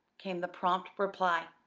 came the prompt reply.